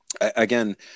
again